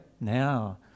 now